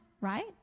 right